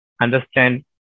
understand